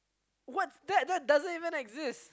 what that that doesn't even exist